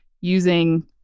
using